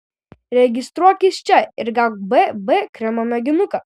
registruokis čia ir gauk bb kremo mėginuką